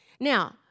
Now